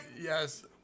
yes